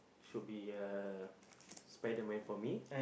should be uh spiderman for me